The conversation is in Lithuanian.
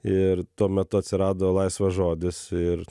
ir tuo metu atsirado laisvas žodis ir